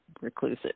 reclusive